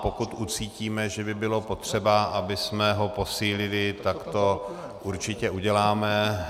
Pokud ucítíme, že by bylo potřeba, abychom ho posílili, tak to určitě uděláme.